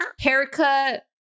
Haircut